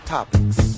Topics